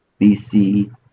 BC